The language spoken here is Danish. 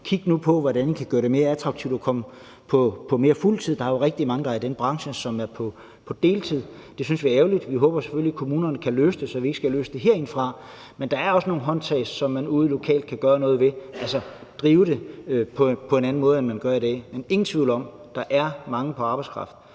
Kig nu på, hvordan I kan gøre det mere attraktivt at komme på fuld tid. Der er jo rigtig mange i den branche, som er på deltid. Det synes vi er ærgerligt, men vi håber selvfølgelig på, at kommunerne kan løse det, så vi ikke skal løse det herindefra. Men der er også nogle håndtag, som man ude lokalt kan gøre brug af, altså drive det på en anden måde, end man gør i dag. Men der er ingen tvivl om, at der er mangel på arbejdskraft,